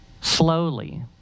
slowly